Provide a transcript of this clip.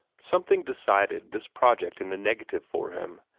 something decided this project in the negative for him,